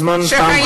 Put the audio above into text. הזמן תם,